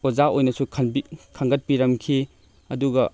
ꯑꯣꯖꯥ ꯑꯣꯏꯅꯁꯨ ꯈꯟꯒꯠꯄꯤꯔꯝꯈꯤ ꯑꯗꯨꯒ